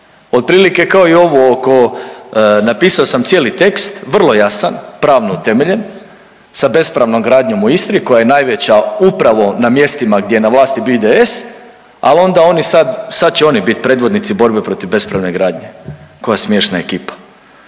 otprilike kao i ovu oko, napisao sam cijeli tekst, vrlo jasan, pravno utemeljen, sa bespravnom gradnjom u Istri koja je najveća upravo na mjestima gdje na vlasti IDS, al' onda oni sad, sad će oni bit predvodnici borbe protiv bespravne gradnje. Koja smiješna ekipa.